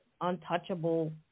Untouchable